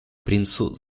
принцу